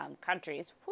countries